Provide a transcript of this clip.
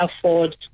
afford